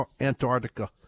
Antarctica